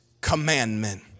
commandment